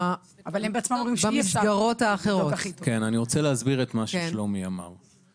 אני רוצה להסביר את מה שאמר שלומי,